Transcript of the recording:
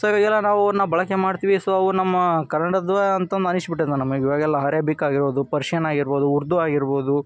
so ಈಗೆಲ್ಲ ನಾವು ಅವನ್ನ ಬಳಕೆ ಮಾಡ್ತೀವಿ ಸೊ ಅವು ನಮ್ಮ ಕನ್ನಡದ್ವಾ ಅಂತ ಅಂದು ಅನಿಸ್ ಬಿಟ್ಟಿದೆ ನಮಗೆ ಇವಾಗೆಲ್ಲ ಹರೇಬಿಕ್ ಆಗಿರ್ಬೋದು ಪರ್ಷಿಯನ್ ಆಗಿರ್ಬೋದು ಉರ್ದು ಆಗಿರ್ಬೋದು